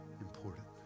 important